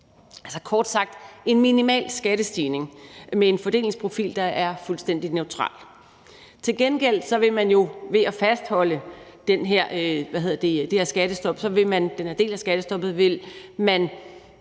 altså kort sagt en minimal skattestigning med en fordelingsprofil, der er fuldstændig neutral. Til gengæld vil man jo ved at fastholde den her del af skattestoppet